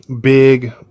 big